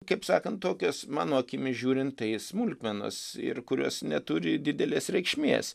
kaip sakant tokias mano akimis žiūrint tai smulkmenas ir kurios neturi didelės reikšmės